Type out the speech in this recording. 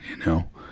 you know,